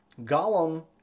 Gollum